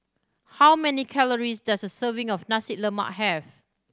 how many calories does a serving of Nasi Lemak have